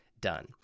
done